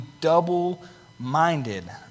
double-minded